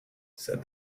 said